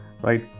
right